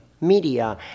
media